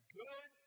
good